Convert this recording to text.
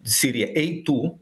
sirija eitų